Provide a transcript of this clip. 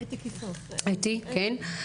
אתי, כן.